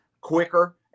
quicker